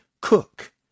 Cook